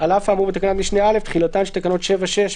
על אף האמור בתקנת משנה (א) - (1) תחילתן של תקנות 7(6)